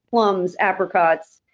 plums, apricots,